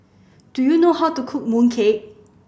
do you know how to cook mooncake